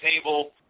table